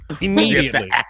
Immediately